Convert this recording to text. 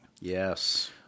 Yes